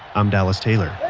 i'm dallas taylor